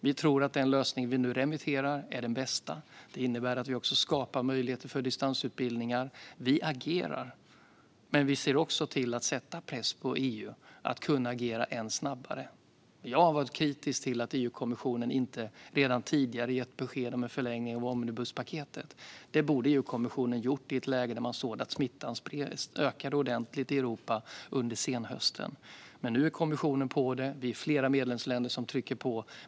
Vi tror att den lösning vi nu remitterar är den bästa. Det innebär att vi också skapar möjligheter för distansutbildningar. Vi agerar, men vi ser också till att sätta press på EU att kunna agera än snabbare. Jag har varit kritisk till att EU-kommissionen inte redan tidigare har gett besked om en förlängning av Omnibuspaketet. Det borde EU-kommissionen ha gjort i ett läge där man såg att smittan ökade ordentligt i Europa under senhösten. Nu är kommissionen på det, och vi är flera medlemsländer som trycker på.